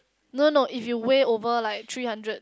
no no if you weigh over like three hundred